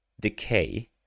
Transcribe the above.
decay